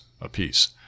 apiece